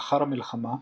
לאחר המלחמה,